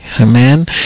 Amen